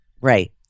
Right